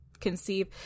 conceive